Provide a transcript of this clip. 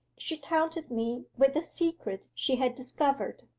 she taunted me with a secret she had discovered,